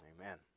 amen